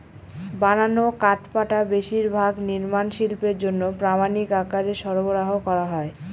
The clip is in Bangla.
বানানো কাঠপাটা বেশিরভাগ নির্মাণ শিল্পের জন্য প্রামানিক আকারে সরবরাহ করা হয়